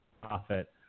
Profit